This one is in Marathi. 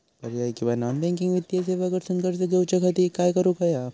पर्यायी किंवा नॉन बँकिंग वित्तीय सेवा कडसून कर्ज घेऊच्या खाती काय करुक होया?